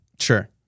Sure